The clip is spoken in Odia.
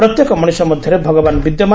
ପ୍ରତ୍ୟେକ ମଣିଷ ମଧରେ ଭଗବାନ୍ ବିଦ୍ୟମାନ